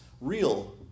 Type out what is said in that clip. real